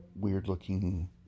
weird-looking